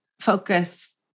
focus